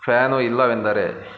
fan ಇಲ್ಲವೆಂದರೆ